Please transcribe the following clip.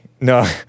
No